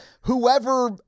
whoever